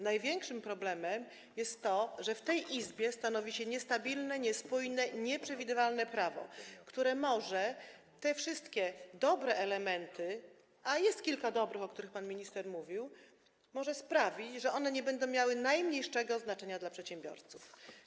Największym problemem jest to, że w tej Izbie stanowi się niestabilne, niespójne i nieprzewidywalne prawo, które może sprawić, że te wszystkie dobre elementy - a jest kilka dobrych, o których pan minister mówił - nie będą miały najmniejszego znaczenia dla przedsiębiorców.